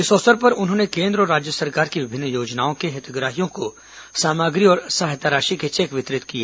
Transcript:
इस अवसर पर उन्होंने केन्द्र और राज्य सरकार की विभिन्न योजनाओं के हितग्राहियों को सामग्री और सहायता राशि के चेक वितरित किए